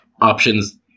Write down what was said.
options